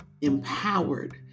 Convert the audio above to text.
empowered